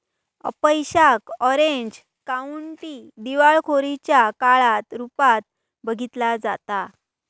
अपयशाक Orange County दिवाळखोरीच्या कारण रूपात बघितला जाता